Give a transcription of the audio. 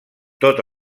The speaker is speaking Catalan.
tot